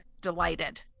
delighted